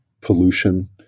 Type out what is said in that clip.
pollution